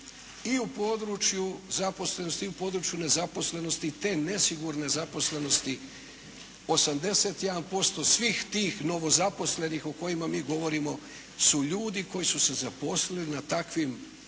i u području zaposlenosti i u području nezaposlenosti te nesigurne zaposlenosti, 81% svih tih novozaposlenih o kojima mi govorimo su ljudi koji su se zaposlili na takvim